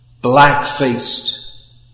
black-faced